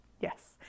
Yes